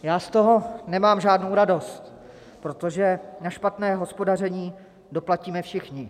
Já z toho nemám žádnou radost, protože na špatné hospodaření doplatíme všichni.